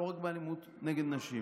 ולא רק באלימות נגד נשים.